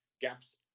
gaps